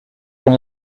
son